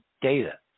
data